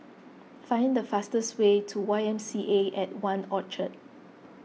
find the fastest way to Y M C A at one Orchard